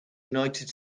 united